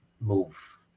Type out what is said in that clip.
move